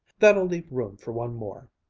that'll leave room for one more.